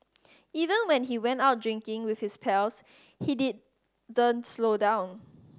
even when he went out drinking with his pals he didn't slow down